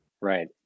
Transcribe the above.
Right